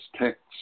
Texts